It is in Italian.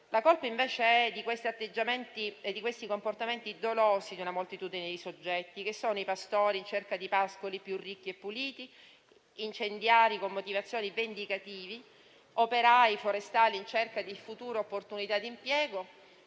la colpa, che invece è dei comportamenti dolosi di una moltitudine di soggetti, come pastori in cerca di pascoli più ricchi e puliti, incendiari con motivazioni vendicative, operai forestali in cerca di future opportunità di impiego,